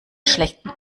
schlechten